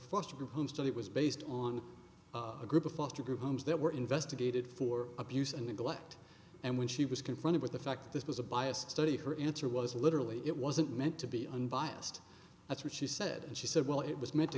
foster home study was based on a group of foster homes that were investigated for abuse and neglect and when she was confronted with the fact that this was a biased study for answer was literally it wasn't meant to be unbiased that's what she said and she said well it was